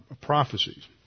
prophecies